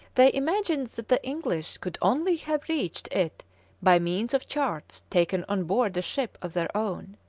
they imagined that the english could only have reached it by means of charts taken on board a ship of their own.